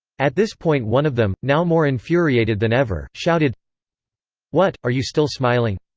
at this point one of them, now more infuriated than ever, shouted what, are you still smiling?